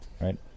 right